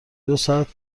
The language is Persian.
دوساعت